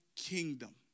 kingdom